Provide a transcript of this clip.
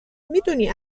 میدونی